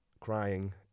crying